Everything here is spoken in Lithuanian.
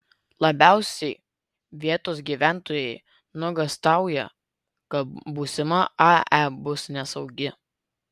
labiausiai vietos gyventojai nuogąstauja kad būsima ae bus nesaugi